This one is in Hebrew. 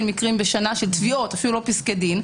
מקרים בשנה של תביעות - אפילו לא פסקי דין,